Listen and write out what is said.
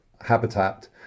habitat